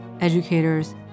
educators